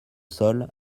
sol